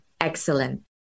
excellent